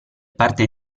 parte